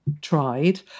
tried